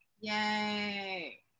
Yay